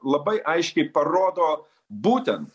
labai aiškiai parodo būtent